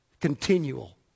Continual